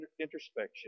introspection